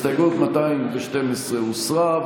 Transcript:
הסתייגות 212 הוסרה.